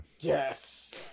yes